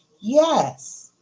Yes